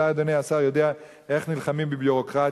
אולי אדוני השר יודע איך נלחמים בביורוקרטיה.